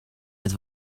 het